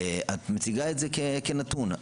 את מציגה את זה כנתון,